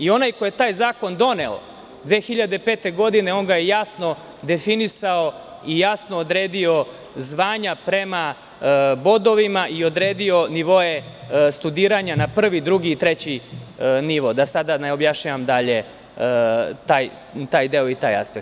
Onaj ko je taj zakon doneo 2005. godine, on ga je jasno definisao i jasno odredio zvanja prema bodovima i odredio nivoe studiranja na prvi, drugi i treći nivo, da sada ne objašnjavam dalje taj deo i taj aspekt.